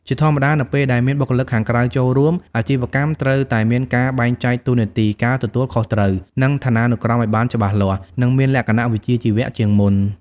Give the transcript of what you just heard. ជាធម្មតា នៅពេលដែលមានបុគ្គលិកខាងក្រៅចូលរួម អាជីវកម្មត្រូវតែមានការបែងចែកតួនាទី ការទទួលខុសត្រូវ និងឋានានុក្រមឲ្យបានច្បាស់លាស់ និងមានលក្ខណៈវិជ្ជាជីវៈជាងមុន។